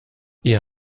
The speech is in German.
ihr